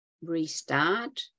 restart